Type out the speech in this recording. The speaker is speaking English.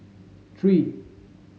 three